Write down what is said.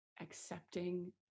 accepting